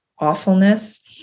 awfulness